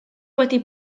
wedi